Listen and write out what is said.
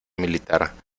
militar